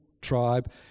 tribe